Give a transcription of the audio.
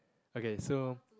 okay so